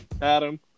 Adam